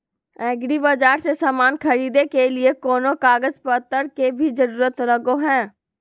एग्रीबाजार से समान खरीदे के लिए कोनो कागज पतर के भी जरूरत लगो है?